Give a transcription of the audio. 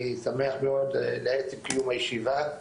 אני שמח מאוד לעת קיום הישיבה,